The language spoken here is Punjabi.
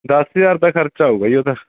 ਦਸ ਹਜ਼ਾਰ ਦਾ ਖਰਚਾ ਆਊਗਾ ਜੀ ਉਹਦਾ